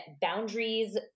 boundaries